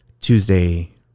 Tuesday